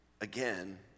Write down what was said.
again